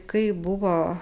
kai buvo